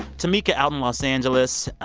tameka out in los angeles,